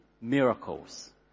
miracles